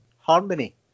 harmony